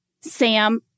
Sam